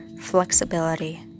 flexibility